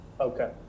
Okay